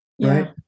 right